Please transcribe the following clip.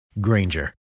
Granger